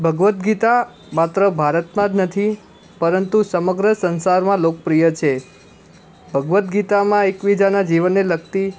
ભગવદ્ ગીતા માત્ર ભારતમાં જ નથી પરંતુ સમગ્ર સંસારમાં લોકપ્રિય છે ભગવદ્ ગીતામાં એકબીજાના જીવનને લગતી